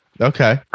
Okay